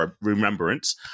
Remembrance